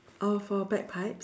oh for bagpipes